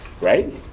Right